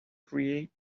create